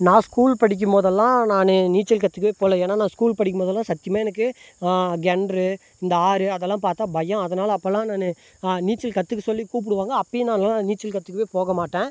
நான் ஸ்கூல் படிக்கும் போதெல்லாம் நான் நீச்சல் கற்றுக்கவே போகல ஏன்னால் நான் ஸ்கூல் படிக்கும் போதெல்லாம் சத்தியமாக எனக்கு கெணறு இந்த ஆறு அதெலாம் பார்த்தா பயம் அதனால் அப்போலாம் நான் நீச்சல் கற்றுக்க சொல்லி கூப்பிடுவாங்க அப்பவும் நான்லாம் நீச்சல் கற்றுக்கவே போக மாட்டேன்